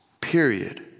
Period